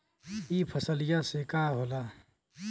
ई फसलिया से का होला?